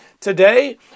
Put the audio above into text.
today